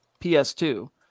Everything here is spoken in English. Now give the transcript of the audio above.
PS2